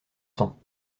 cent